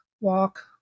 walk